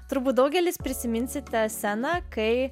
turbūt daugelis prisiminsite sceną kai